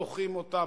דוחים אותם,